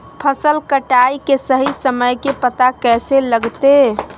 फसल कटाई के सही समय के पता कैसे लगते?